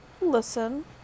listen